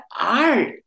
art